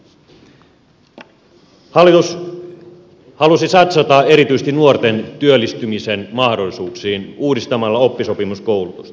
hallitus halusi satsata erityisesti nuorten työllistymisen mahdollisuuksiin uudistamalla oppisopimuskoulutusta